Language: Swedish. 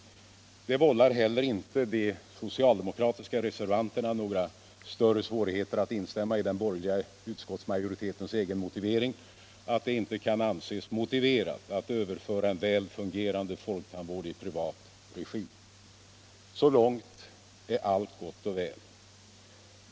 Det vållar inte heller de socialdemokratiska reservanterna några större svårigheter att instämma i den borgerliga utskottsmajoritetens egen motivering att det inte kan anses motiverat att överföra en väl fungerande folktandvård i privat regi. Så långt är allt gott och väl.